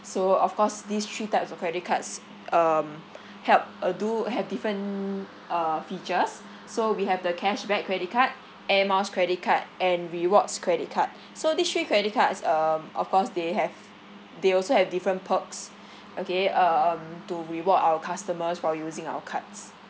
so of course these three types of credit cards um help uh do have different uh features so we have the cashback credit card air miles credit card and rewards credit card so these three credit cards um of course they have they also have different perks okay uh uh um to reward our customers for using our cards